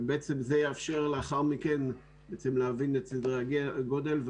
וזה יאפשר לאחר מכן להבין את סדרי הגודל,